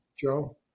Joe